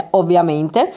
ovviamente